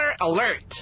alert